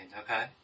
okay